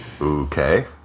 Okay